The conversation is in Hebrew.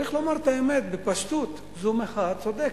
צריך לומר את האמת, בפשטות: זו מחאה צודקת,